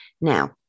Now